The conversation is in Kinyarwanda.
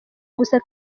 gusa